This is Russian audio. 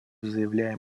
заявляем